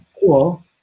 cool